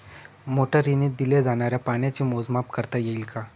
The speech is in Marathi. मोटरीने दिल्या जाणाऱ्या पाण्याचे मोजमाप करता येईल का?